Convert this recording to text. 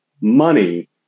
money